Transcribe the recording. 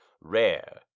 rare